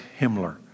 Himmler